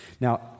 Now